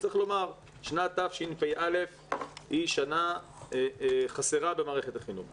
צריך לומר ששנת תשפ"א היא שנה חסרה במערכת החינוך.